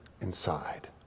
inside